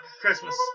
Christmas